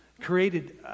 created